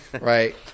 Right